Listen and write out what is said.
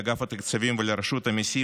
לאגף התקציבים ולרשות המיסים,